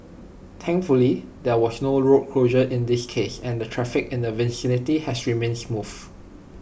thankfully there was no road closure in this case and traffic in the vicinity has remained smooth